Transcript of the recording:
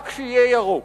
רק שיהיה ירוק".